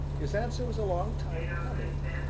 his answer was a long time coming,